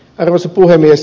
arvoisa puhemies